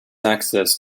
access